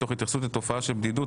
תוך התייחסות לתופעה של בדידות,